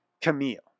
Camille